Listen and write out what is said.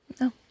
No